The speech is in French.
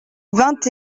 vingt